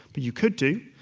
but you could do,